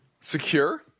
secure